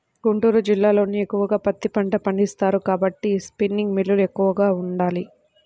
గుంటూరు జిల్లాలోనే ఎక్కువగా పత్తి పంట పండిస్తారు కాబట్టి స్పిన్నింగ్ మిల్లులు ఎక్కువగా ఉండాలి